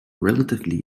relatively